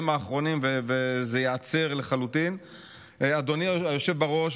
על החינוך החרדי הלא-ממלכתי,